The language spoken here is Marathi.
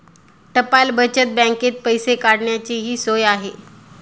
टपाल बचत बँकेत पैसे काढण्याचीही सोय आहे